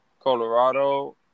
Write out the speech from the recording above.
Colorado